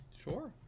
Sure